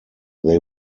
they